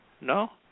No